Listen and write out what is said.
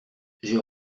j’ai